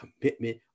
commitment